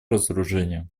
разоружению